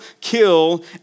kill